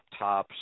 laptops